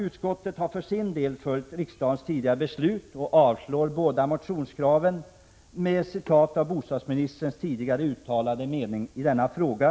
Utskottet har för sin del följt riksdagens tidigare beslut och avstyrkt båda motionskraven med åberopande av bostadsministerns tidigare uttalade mening i denna fråga.